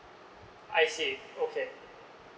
I see okay